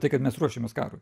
tai kad mes ruošėmės karui